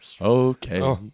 Okay